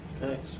Thanks